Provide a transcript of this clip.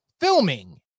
filming